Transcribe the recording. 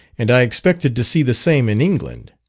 and i expected to see the same in england.